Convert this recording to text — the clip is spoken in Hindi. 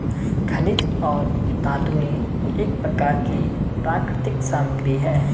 खनिज और धातुएं एक प्रकार की प्राकृतिक सामग्री हैं